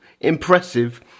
impressive